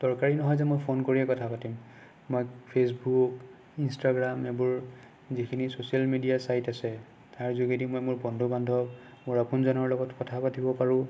দৰকাৰী নহয় যে মই ফোন কৰিয়ে কথা পাতিম মই ফেচবুক ইনষ্টাগ্ৰাম এইবোৰ যিখিনি ছ'চিয়েল মিডিয়া চাইট আছে তাৰ যোগেদি মই মোৰ বন্ধু বান্ধৱ মোৰ আপোনজনৰ লগত কথা পাতিব পাৰোঁ